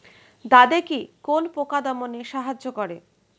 দাদেকি কোন পোকা দমনে সাহায্য করে?